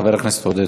חבר הכנסת עודד